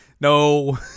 No